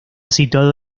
situado